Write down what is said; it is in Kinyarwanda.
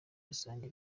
rusange